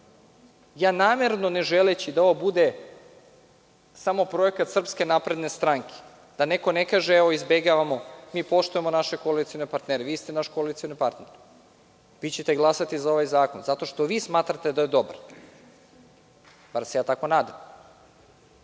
sam, ne želeći da ovo bude samo projekat SNS, da neko ne kaže evo izbegavamo, mi poštujemo naše koalicione partnere, vi ste naš koalicioni partner, vi ćete glasati za ovaj zakon zato što vi smatrate da je dobar, bar se ja tako nadam,